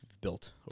built